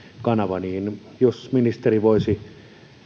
kanava jos ministeri voisi